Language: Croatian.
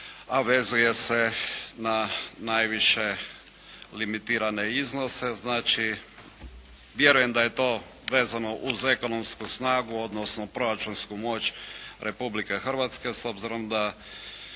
a vezuje se na najviše limitirane iznose. Vjerujem da je to vezano uz ekonomsku snagu odnosno proračunsku moć Republike Hrvatske, s obzirom da